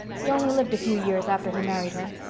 he only lived a few years after he married her.